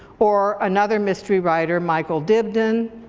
or another mystery writer, michael dibdin,